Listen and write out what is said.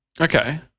Okay